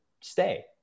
stay